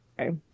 Okay